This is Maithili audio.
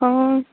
हँ